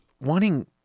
wanting